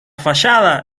fachada